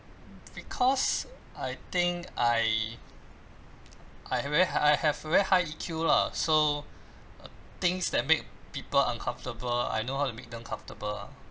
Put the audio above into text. because I think I I have a I have a very high E_Q lah so things that make people uncomfortable I know how to make them comfortable ah